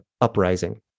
uprising